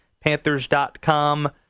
Panthers.com